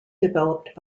developed